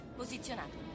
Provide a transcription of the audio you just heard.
posizionato